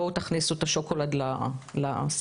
בואו תכניסו את השוקולד לסל,